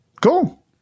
Cool